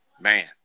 Man